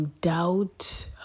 doubt